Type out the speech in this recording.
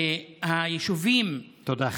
היישובים, תודה.